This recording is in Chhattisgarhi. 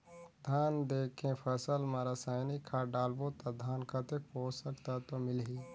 धान देंके फसल मा रसायनिक खाद डालबो ता धान कतेक पोषक तत्व मिलही?